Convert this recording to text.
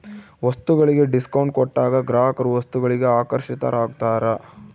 ವಸ್ತುಗಳಿಗೆ ಡಿಸ್ಕೌಂಟ್ ಕೊಟ್ಟಾಗ ಗ್ರಾಹಕರು ವಸ್ತುಗಳಿಗೆ ಆಕರ್ಷಿತರಾಗ್ತಾರ